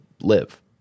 live